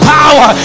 power